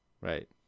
Right